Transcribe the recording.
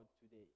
today